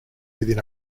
within